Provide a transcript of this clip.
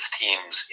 teams